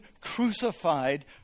crucified